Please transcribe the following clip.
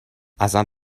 ازم